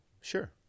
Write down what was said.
Sure